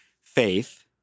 faith